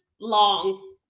long